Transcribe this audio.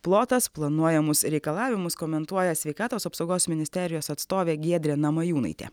plotas planuojamus reikalavimus komentuoja sveikatos apsaugos ministerijos atstovė giedrė namajūnaitė